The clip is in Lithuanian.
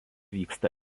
vyksta